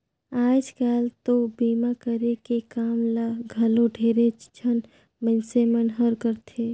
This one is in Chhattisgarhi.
आयज कायल तो बीमा करे के काम ल घलो ढेरेच झन मइनसे मन हर करथे